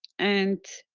and